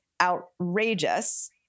outrageous